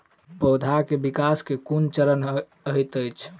पौधाक विकास केँ केँ कुन चरण हएत अछि?